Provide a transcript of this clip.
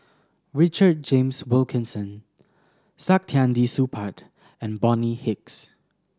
Richard James Wilkinson Saktiandi Supaat and Bonny Hicks